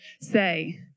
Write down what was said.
say